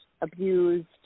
abused